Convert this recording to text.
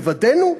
לבדנו?